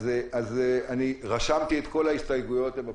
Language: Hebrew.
אז אני רשמתי את כל ההסתייגויות, הן בפרוטוקול.